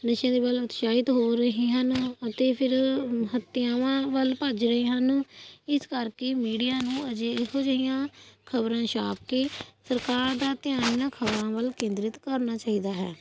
ਨਸ਼ੇ ਦੇ ਵੱਲ ਉਤਸ਼ਾਹਿਤ ਹੋ ਰਹੇ ਹਨ ਅਤੇ ਫਿਰ ਹੱਤਿਆਵਾਂ ਵੱਲ ਭੱਜ ਰਹੇ ਹਨ ਇਸ ਕਰਕੇ ਮੀਡੀਆ ਨੂੰ ਅਜਿ ਇਹੋ ਜਿਹੀਆਂ ਖਬਰਾਂ ਛਾਪ ਕੇ ਸਰਕਾਰ ਦਾ ਧਿਆਨ ਖਬਰਾਂ ਵੱਲ ਕੇਂਦਰਿਤ ਕਰਨਾ ਚਾਹੀਦਾ ਹੈ